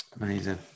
Amazing